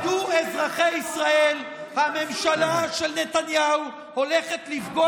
ידעו אזרחי ישראל: הממשלה של נתניהו הולכת לפגוע